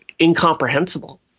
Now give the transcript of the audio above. incomprehensible